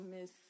Miss